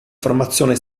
formazione